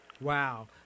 Wow